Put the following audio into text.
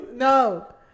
no